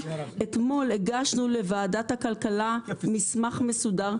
אתמול הגשנו לוועדת הכלכלה מסמך מסודר,